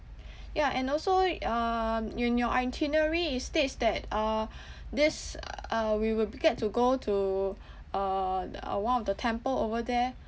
ya and also uh in your itinerary it states that uh this uh we will get to go to uh uh one of the temple over there